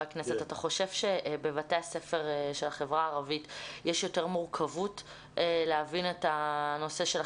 אתה חושב שבבתי הספר של החברה הערבית יש יותר מורכבות להבין את הנושא?